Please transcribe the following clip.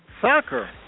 soccer